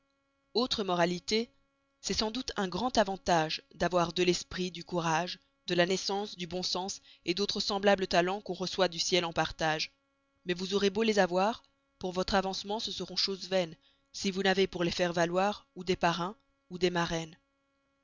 autre moralité c'est sans doute un grand avantage d'avoir de l'esprit du courage de la naissance du bon sens et d'autres semblables talens qu'on reçoit du ciel en partage mais vous aurez beau les avoir pour vostre avancement ce seront choses vaines si vous n'avez pour les faire valoir ou des parrains ou des maraines